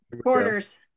quarters